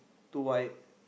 two white